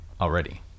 already